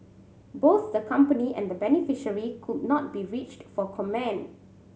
both the company and the beneficiary could not be reached for comment